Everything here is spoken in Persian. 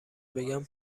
بگم